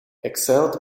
excelled